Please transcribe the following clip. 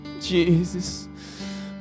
Jesus